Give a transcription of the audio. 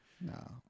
No